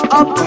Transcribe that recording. up